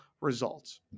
results